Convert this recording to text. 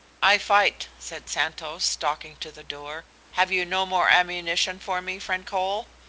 i fight, said santos, stalking to the door. have you no more ammunition for me, friend cole?